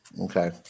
Okay